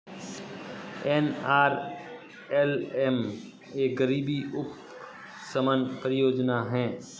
NRLM एक गरीबी उपशमन परियोजना है